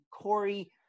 Corey